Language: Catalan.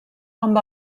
amb